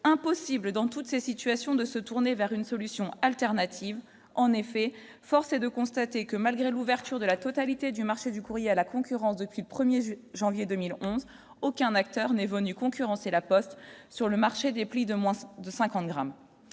impossible dans toutes ces situations de se tourner vers une solution alternative, en effet, force est de constater que, malgré l'ouverture de la totalité du marché du courrier à la concurrence depuis le 1er janvier 2011, aucun acteur n'est venu concurrencer La Poste sur le marché des plis de moins de 50 grammes,